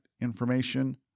information